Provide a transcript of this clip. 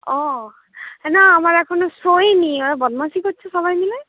ওহ না আমার এখনও শোয়েনি ওই বদমাইসি করছে সবাই মিলে